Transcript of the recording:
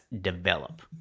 develop